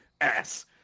ass